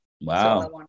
Wow